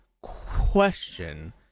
question